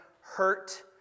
hurt